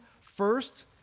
first